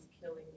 killing